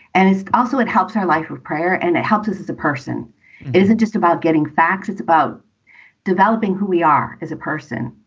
and also, it helps her life of prayer and it helps us as a person isn't just about getting facts, it's about developing who we are as a person.